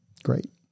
Great